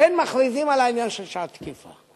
לכן מכריזים על העניין של "שעת תקיפה".